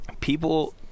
people